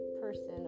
person